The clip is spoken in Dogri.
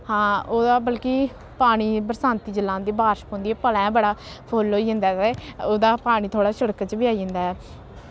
हां ओह्दा बल्कि पानी बरसांती जिल्लै औंदी बारश पौंदी ऐ भलेआं गै बड़ा फुल्ल होई जंदा ऐ ते ओह्दा पानी थोह्ड़ा शिड़क च बी आई जंदा ऐ